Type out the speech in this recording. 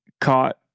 caught